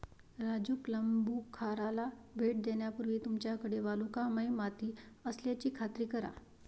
राजू प्लंबूखाराला भेट देण्यापूर्वी तुमच्याकडे वालुकामय माती असल्याची खात्री करा